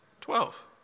Twelve